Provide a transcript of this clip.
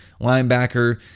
Linebacker